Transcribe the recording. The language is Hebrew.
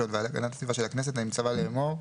אני מצווה לאמור: